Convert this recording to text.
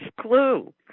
clue